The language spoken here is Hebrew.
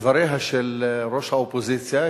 לדבריה של ראש האופוזיציה,